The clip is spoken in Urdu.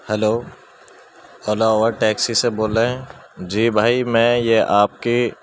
ہیلو اولا ٹیکسی سے بول رہے ہیں جی بھائی میں یہ آپ کے